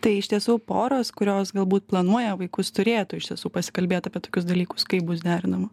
tai iš tiesų poros kurios galbūt planuoja vaikus turėtų iš tiesų pasikalbėt apie tokius dalykus kaip bus derinama